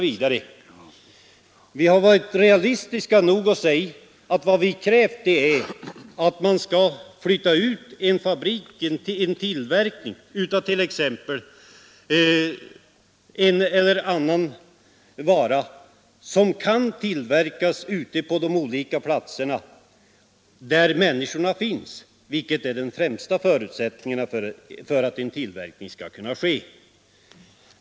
Vi har varit realistiska nog att säga att vad vi krävt är att man skall flytta ut tillverkningen av en eller annan vara som kan tillverkas på de platser där människorna finns, vilket är den främsta förutsättningen för att en tillverkning skall kunna ske.